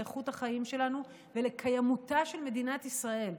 לאיכות החיים שלנו ולקיימותה של מדינת ישראל.